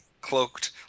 cloaked